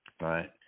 right